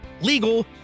legal